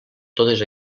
totes